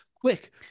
Quick